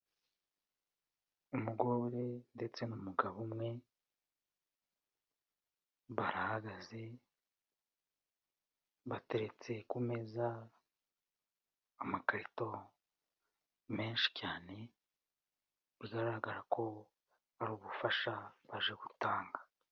Umugore ndetse n'umugabo umwe, barahagaze, bateretse ku meza amakarito menshi cyane, bigaragara ko ari ubufasha baje gutanga.